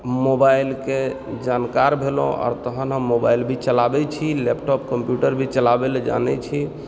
मोबाइलके जानकार भेलहुँ आओर तहन हम मोबाइल भी चलाबैत छी लैपटॉप कम्प्युटर भी चलाबय लऽ जानैत छी